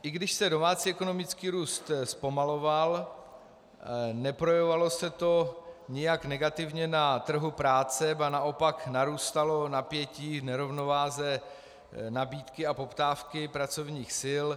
I když se domácí ekonomický růst zpomaloval, neprojevovalo se to nijak negativně na trhu práce, ba naopak, narůstalo napětí v nerovnováze nabídky a poptávky pracovních sil.